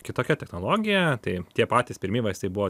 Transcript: kitokia technologija tai tie patys pirmi vaistai buvo